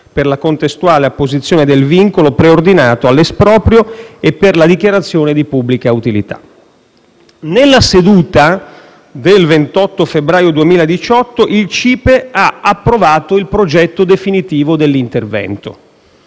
per la contestuale apposizione del vincolo preordinato all'esproprio e per la dichiarazione di pubblica utilità. Nella seduta del 28 febbraio 2018, il CIPE ha approvato il progetto definitivo dell'intervento.